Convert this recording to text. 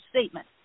statement